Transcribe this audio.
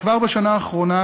כבר בשנה האחרונה,